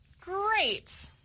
Great